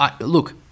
Look